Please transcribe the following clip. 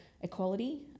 Equality